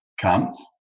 comes